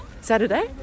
Saturday